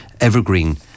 evergreen